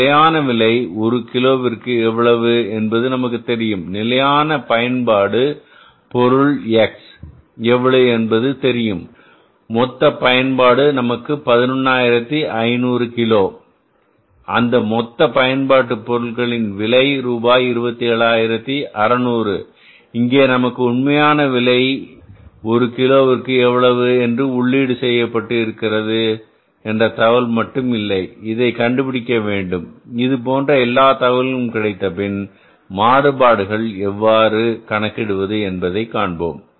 நிலையான விலை ஒரு கிலோவிற்கு எவ்வளவு என்பது நமக்கு தெரியும் நிலையான பயன்பாடு பொருள் எக்ஸ் எவ்வளவு என்பது தெரியும் மொத்த பயன்பாடு நமக்கு 11500 கிலோ அந்த மொத்த பயன்பாட்டுப் பொருள்களின் விலை ரூபாய் 27600 இங்கே நமக்கு உண்மையான விலையின் ஒரு கிலோவுக்கு எவ்வளவு என்று உள்ளீடு செய்யப்பட்டு இருக்கிறது என்ற தகவல் மட்டும் இல்லை இதை கண்டுபிடிக்க வேண்டும் இதுபோன்ற எல்லாத் தகவல்களும் கிடைத்தபின் மாறுபாடுகளை எவ்வாறு கணக்கிடுவது என்பதை காண்போம்